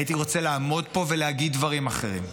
הייתי רוצה לעמוד פה ולהגיד דברים אחרים,